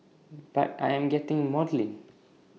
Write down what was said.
but I am getting maudlin